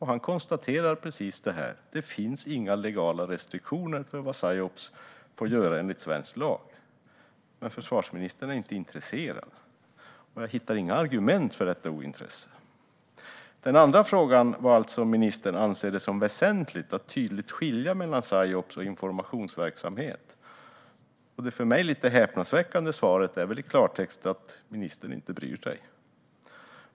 Han konstaterar precis detta. Det inte finns inga legala restriktioner för vad psyops får göra enligt svensk lag. Men försvarsministern är inte intresserad, och jag hittar inga argument för detta ointresse. Den andra frågan var om ministern anser det som väsentligt att tydligt skilja mellan psyops och informationsverksamhet. Det för mig lite häpnadsväckande svaret är väl i klartext att ministern inte bryr sig.